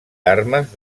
armes